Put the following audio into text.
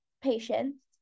patients